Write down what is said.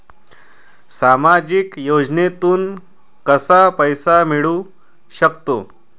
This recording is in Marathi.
सामाजिक योजनेतून कसा पैसा मिळू सकतो?